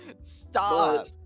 stop